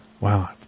wow